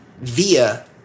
via